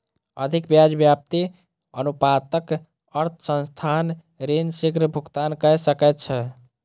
अधिक ब्याज व्याप्ति अनुपातक अर्थ संस्थान ऋण शीग्र भुगतान कय सकैछ